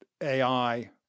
AI